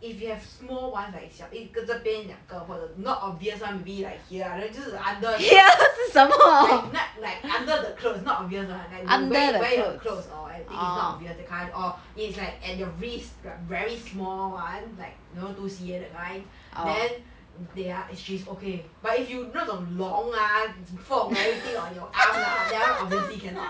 if you have small [one] like 小一个这边两个或者 not obvious [one] maybe like here ah then 就是 like under the like is not like under the clothes not obvious [one] like when you wear it wear your clothes or I think is not obvious that kind or it can at your wrist got very small [one] like you know those 月 that kind then they are she's okay but if you 那种龙 ah 你放 everything on your arm ah that [one] obviously cannot